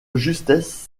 justesse